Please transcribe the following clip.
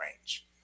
range